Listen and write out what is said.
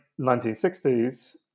1960s